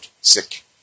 sick